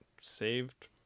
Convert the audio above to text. saved